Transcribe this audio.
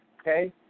Okay